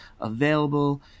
available